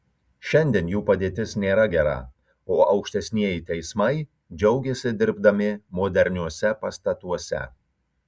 šiandien jų padėtis nėra gera o aukštesnieji teismai džiaugiasi dirbdami moderniuose pastatuose